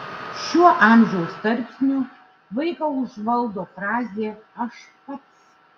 šiuo amžiaus tarpsniu vaiką užvaldo frazė aš pats